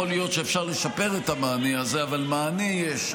יכול להיות שאפשר לשפר את המענה הזה, אבל מענה יש.